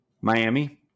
Miami